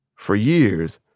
for years,